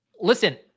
Listen